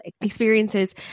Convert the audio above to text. experiences